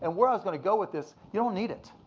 and where i was gonna go with this, you don't need it.